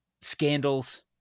Scandals